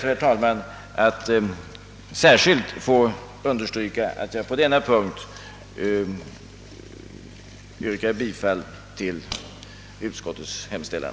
Jag ber därför att särskilt få understryka att jag på denna punkt yrkar bifall till utskottets hemställan.